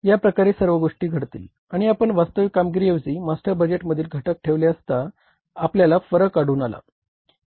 या प्रकारे सर्व गोष्टी घडतील आणि आपण वास्तविक कामगिरी ऐवजी मास्टर बजेट मधील घटक ठेवले असता आपल्याला फरक आढळून आला